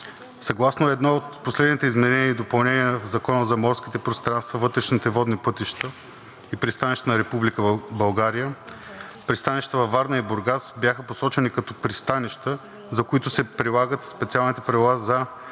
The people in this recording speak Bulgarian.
Съгласно едно от последните изменения и допълнения в Закона за морските пространства, вътрешните водни пътища и пристанищата на Република България пристанищата във Варна и Бургас бяха посочени като пристанища, за които се прилагат специалните правила за